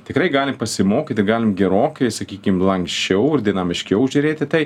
tikrai galim pasimokyti galim gerokai sakykim lanksčiau ir dinamiškiau žiūrėt į tai